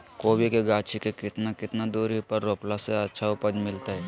कोबी के गाछी के कितना कितना दूरी पर रोपला से अच्छा उपज मिलतैय?